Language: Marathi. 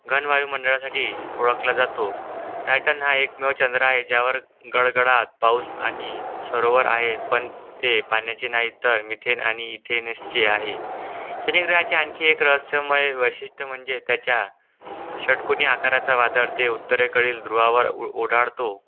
घनवायुमंडळासाठी ओळखला जातो टायटन हा एकमेव चंद्र आहे ज्यावर गडगडाट पाऊस आणि सरोवर आहे पण ते पाण्याचे नाही तर मिथेन आणि इथेनेसचे आहे शनिग्रहाचे आणखी एक रहस्यमय वैशिष्ट्य म्हणजे त्याच्या षटकोनी आकाराचा वादळ ते उत्तरेकडील धृवावर उ उढाडतो